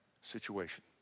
situation